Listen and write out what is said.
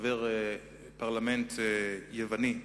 חבר פרלמנט יווני,